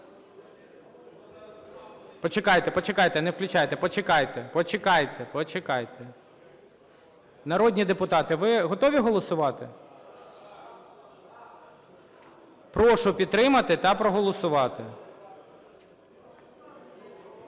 Почекайте, почекайте, не включайте, почекайте, почекайте, почекайте! Народні депутати, ви готові голосувати? Прошу підтримати та проголосувати.